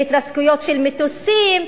להתרסקויות של מטוסים,